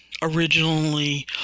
Originally